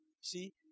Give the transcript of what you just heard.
See